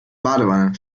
badewanne